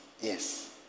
Yes